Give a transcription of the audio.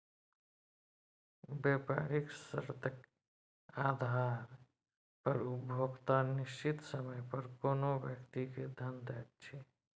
बेपारिक शर्तेक आधार पर उपभोक्ता निश्चित समय पर कोनो व्यक्ति केँ धन दैत छै